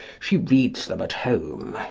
she reads them at home.